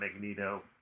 Magneto